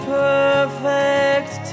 perfect